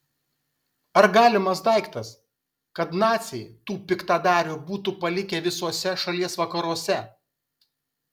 ar galimas daiktas kad naciai tų piktadarių būtų palikę visuose šalies vakaruose